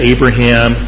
Abraham